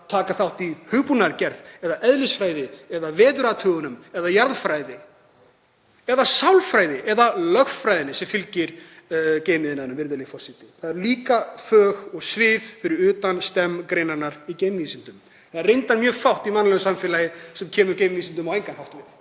taka þátt í hugbúnaðargerð eða eðlisfræði eða veðurathugunum eða jarðfræði eða sálfræði eða lögfræðinni sem fylgir geimiðnaðinum, virðulegi forseti. Það eru líka fög og svið fyrir utan STEM-greinarnar í geimvísindum. Það er reyndar mjög fátt í mannlegu samfélagi sem kemur geimvísindum á engan hátt við